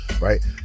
right